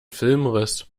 filmriss